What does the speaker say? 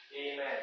Amen